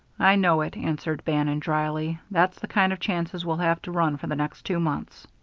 i know it, answered bannon, dryly. that's the kind of chances we'll have to run for the next two months.